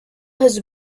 his